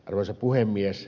arvoisa puhemies